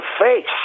face